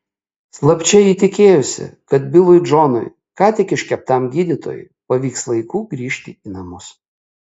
slapčia ji tikėjosi kad bilui džonui ką tik iškeptam gydytojui pavyks laiku grįžti į namus